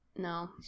no